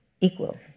equal